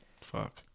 Fuck